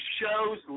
shows